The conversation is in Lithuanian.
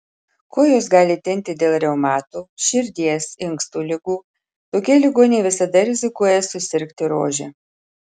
kojos gali tinti dėl reumato širdies inkstų ligų tokie ligoniai visada rizikuoja susirgti rože